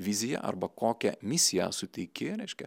viziją arba kokią misiją suteiki reiškia